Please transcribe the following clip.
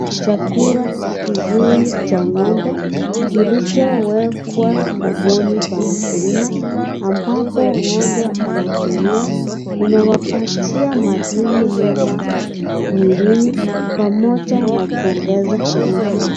Chakula kizuri cha ngombe kilichowekwa humuni pa mkulima ambapo ngombe anatumia. Inawapatia madini mema mwilini pamoja na kuongeza nguvu.